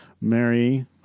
Mary